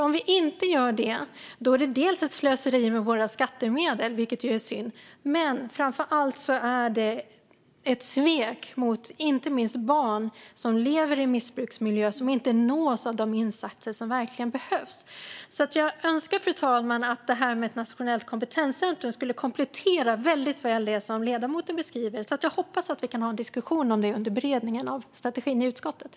Om vi inte gör det innebär det ett slöseri med våra skattemedel, vilket ju är synd, men framför allt är det ett svek mot inte minst barn som lever i en missbruksmiljö och inte nås av de insatser som verkligen behövs. Jag menar därför, fru talman, att ett nationellt kompetenscentrum väldigt väl skulle komplettera det som ledamoten beskriver, så jag hoppas att vi kan ha en diskussion om det under beredningen av strategin i utskottet.